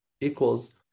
equals